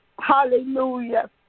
hallelujah